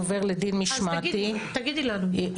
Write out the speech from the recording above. עובר לדין משמעתי --- אז תגידי לנו,